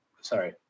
sorry